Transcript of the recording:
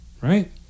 Right